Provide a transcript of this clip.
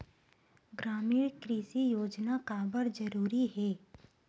ग्रामीण कृषि योजना काबर जरूरी हे?